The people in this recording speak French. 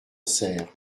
saire